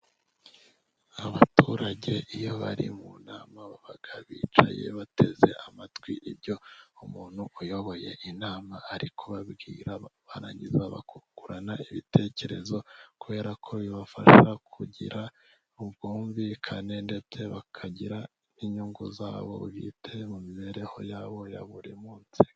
Abaturage iyo bari mu nama, baba bicaye bateze amatwi ibyo umuntu uyoboye inama ari kubabwira, barangiza bakungurana ibitekerezo, kubera ko bibafasha kugira ubwumvikane, ndetse bakagira n'inyungu yabo bwite mu mibereho yabo ya buri munsi.